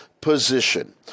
position